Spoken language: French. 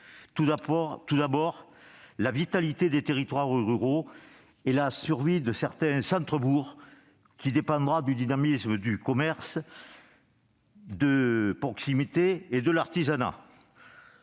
Tout d'abord, la vitalité des territoires ruraux et la survie de certains centres-bourgs dépendront du dynamisme du commerce de proximité et de l'artisanat.